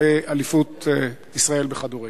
באליפות ישראל בכדורגל,